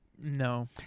No